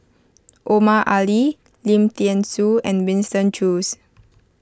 Omar Ali Lim thean Soo and Winston Choos